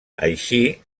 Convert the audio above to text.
així